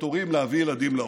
הורים להביא ילדים לעולם.